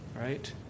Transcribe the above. right